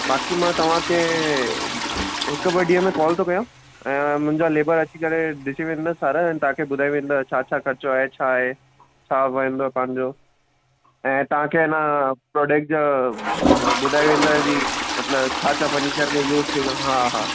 बाक़ी मां तव्हांखे हिकु ॿ ॾींहं में कॉल थो कया ऐं मुंहिंजा लेबर अची करे ॾिसी वेंदसि सारा ऐं तव्हांखे ॿुधाए वेंदा छा छा ख़र्चो आहे छा आहे छा वेहंदो पंहिंजो ऐं तव्हांखे आहे न प्रोडक्ट जो बु ॿुधाए वेंदा जी मतिलब छा छा फर्नीचर में यूस थींदा हा हा